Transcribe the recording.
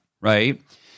right